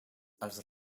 els